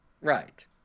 Right